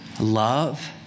Love